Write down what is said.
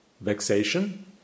vexation